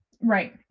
Right